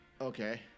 Okay